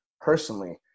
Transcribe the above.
personally